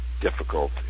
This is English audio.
difficult